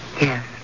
Yes